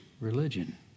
religion